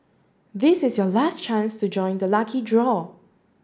this is your last chance to join the lucky draw